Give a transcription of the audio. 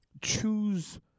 choose